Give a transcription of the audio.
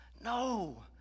No